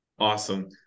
Awesome